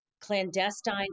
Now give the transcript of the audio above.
clandestine